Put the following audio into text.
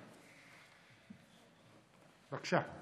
בבקשה.